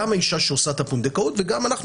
גם האישה שעושה את הפונדקאות ואנחנו